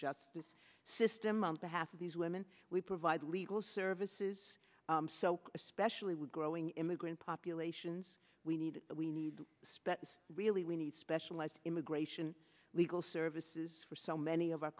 justice system on behalf of these women we provide legal services so especially with growing immigrant populations we need we need to spend really we need specialized immigration legal services for so many of our